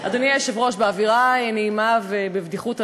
אדוני היושב-ראש, באווירה נעימה ובבדיחות הדעת,